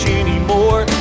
anymore